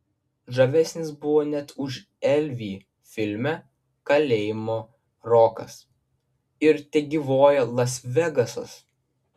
žavesnis buvo net už elvį filme kalėjimo rokas ir tegyvuoja las vegasas